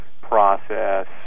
process